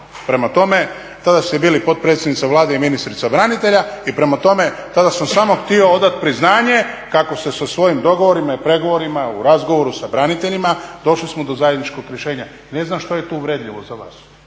Prema tome, tada ste bili potpredsjednica Vlade i ministrica branitelja i prema tome, tada sam samo htio odati priznanje kako ste sa svojim dogovorima i pregovorima u razgovoru sa braniteljima, došli smo do zajedničkog rješenja. Ne znam što je tu uvredljivo za vas,